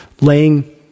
laying